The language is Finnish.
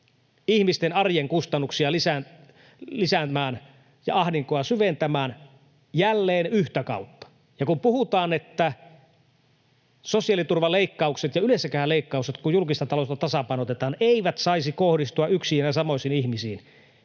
ihmisten arjen kustannuksia lisäämään ja ahdinkoa syventämään jälleen yhtä kautta. Ja kun puhutaan, että sosiaaliturvaleikkaukset ja yleensäkään leikkaukset, kun julkista taloutta tasapainotetaan, eivät saisi kohdistua yksiin ja samoihin ihmisiin,